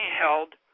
held